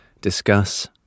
discuss